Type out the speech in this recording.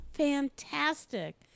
fantastic